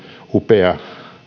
upea